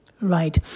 right